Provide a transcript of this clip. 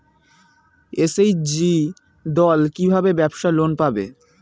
SHG দল কী ভাবে ব্যাবসা লোন পাবে?